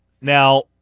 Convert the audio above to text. Now